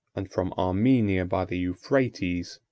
and from armenia by the euphrates,